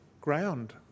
ground